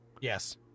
Yes